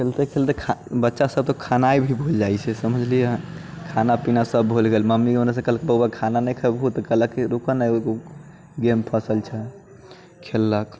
खेलते खेलते तऽ बच्चा सब तऽ बच्चा खेनाइ भी भूल जाइ छै समझलियै खाना पीना सब भूल गेल मम्मी ओनेसँ कहलक बौआ खाना नहि खइबहो तऽ कहलक रुकऽ ने एगो गेम फँसल छै खेललक